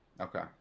Okay